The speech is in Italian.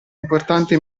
importante